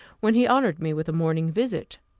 when he honoured me with a morning visit!